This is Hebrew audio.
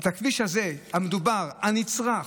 את הכביש הזה, המדובר, הנצרך,